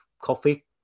coffee